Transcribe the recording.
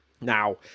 Now